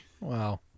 wow